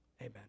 Amen